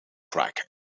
cracking